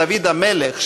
דוד המלך,